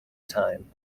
time